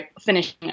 finishing